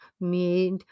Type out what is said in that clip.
made